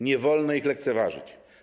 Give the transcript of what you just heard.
Nie wolno ich lekceważyć.